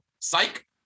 psych